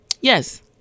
Yes